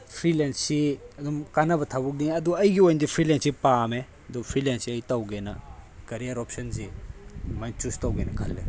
ꯐ꯭ꯔꯤꯂꯦꯟꯁꯁꯤ ꯑꯗꯨꯝ ꯀꯥꯟꯅꯕ ꯊꯕꯛꯅꯤ ꯑꯗꯣ ꯑꯩꯒꯤ ꯑꯣꯏꯅꯗꯤ ꯐ꯭ꯔꯤꯂꯦꯟꯁꯁꯦ ꯄꯥꯝꯃꯦ ꯑꯗꯨ ꯐ꯭ꯔꯤꯂꯦꯟꯁꯁꯦ ꯑꯩ ꯇꯧꯒꯦꯅ ꯀꯦꯔꯤꯌꯔ ꯑꯣꯞꯁꯟꯁꯤ ꯑꯗꯨꯃꯥꯏꯅ ꯆꯨꯖ ꯇꯧꯒꯦꯅ ꯈꯜꯂꯦ